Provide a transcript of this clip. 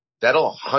that'll